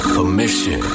Commission